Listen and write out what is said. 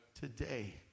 today